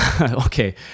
Okay